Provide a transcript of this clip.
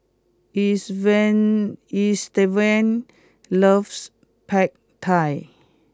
Estevan loves Pad Thai